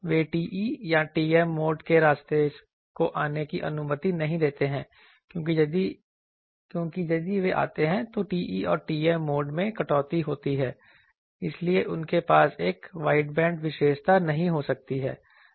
वे TE या TM mode के रास्ते को आने की अनुमति नहीं देते हैं क्योंकि यदि वे आते हैं तो TE और TM मोड में कटौती होती है इसलिए उनके पास एक वाइडबैंड विशेषता नहीं हो सकती है